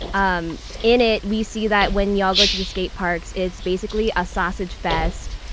um in it, we see that when y'all go to the skate parks, it's basically a sausage fest.